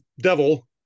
devil